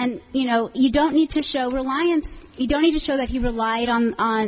and you know you don't need to show reliance you don't need to show that he relied on